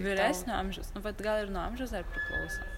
vyresnio amžiaus nu vat gal ir nuo amžiaus dar priklauso